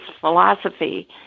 philosophy